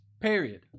Period